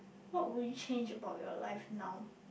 what would you change about your life now